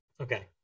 Okay